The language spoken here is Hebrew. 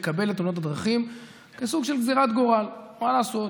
את תאונות הדרכים כסוג של גזרת גורל: מה לעשות,